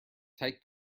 tight